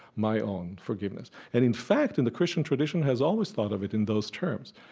my own forgiveness. and, in fact, and the christian tradition has always thought of it in those terms.